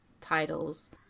titles